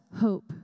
hope